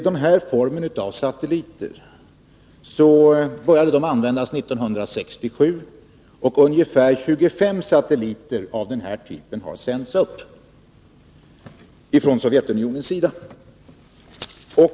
Satelliter av aktuellt slag började användas 1967, och ungefär 25 satelliter av den här typen har sänts upp av Sovjetunionen.